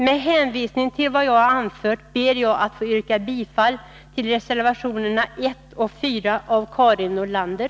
Med hänvisning till vad jag har anfört ber jag att få yrka bifall till reservationerna 1 och 4 av Karin Nordlander.